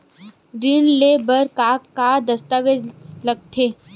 ऋण ले बर का का दस्तावेज लगथे?